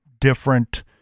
different